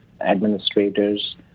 administrators